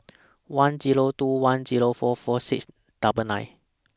one Zero two one Zero four four six double nine